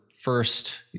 first